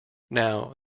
now